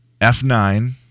F9